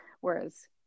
whereas